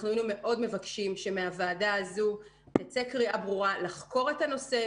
היינו מאוד מבקשים שמהוועדה הזאת תצא קריאה ברורה לחקור את הנושא,